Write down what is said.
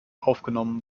aufgenommen